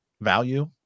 value